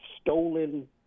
stolen